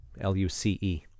L-U-C-E